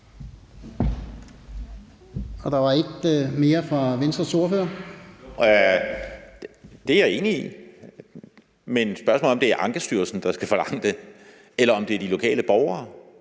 Jo. Kl. 10:26 Christian Friis Bach (V): Det er jeg enig i, men spørgsmålet er, om det er Ankestyrelsen, der skal forlange det, eller om det er de lokale borgere,